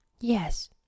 Yes